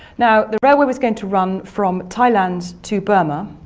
now the railway was going to run from thailand to burma,